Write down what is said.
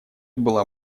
была